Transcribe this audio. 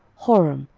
horem,